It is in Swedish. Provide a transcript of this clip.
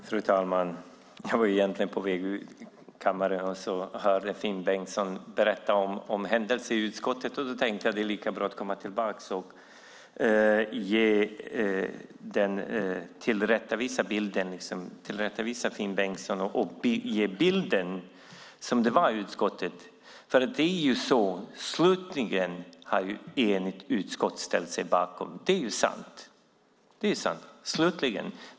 Fru talman! Jag var egentligen på väg ut ur kammaren när jag hörde Finn Bengtsson berätta om händelser i utskottet. Då tänkte jag att det var lika bra att komma tillbaka och tillrättavisa Finn Bengtsson och ge den rätta bilden av hur det var i utskottet. Slutligen var det ett enigt utskott som ställde sig bakom detta; det är sant.